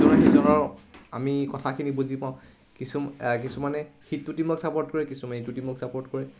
ইজনে সিজনৰ আমি কথাখিনি বুজি পাওঁ কিছু কিছুমানে সিটো টীমক চাপৰ্ট কৰে কিছুমান ইটো টিমক চাপৰ্ট কৰে